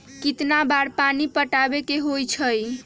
कितना बार पानी पटावे के होई छाई?